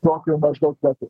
tokiu maždaug metu